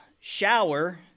shower